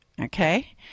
Okay